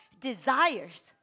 desires